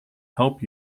help